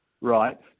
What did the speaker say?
right